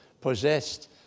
possessed